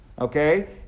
okay